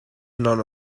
none